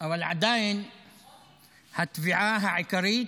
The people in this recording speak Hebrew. אבל עדיין התביעה העיקרית